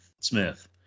Smith